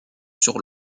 sur